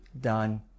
done